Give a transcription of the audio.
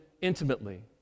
intimately